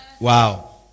Wow